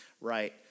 right